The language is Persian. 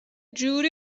جوری